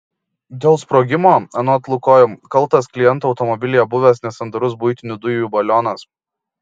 dėl sprogimo anot lukoil kaltas kliento automobilyje buvęs nesandarus buitinių dujų balionas